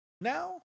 now